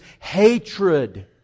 hatred